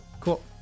cool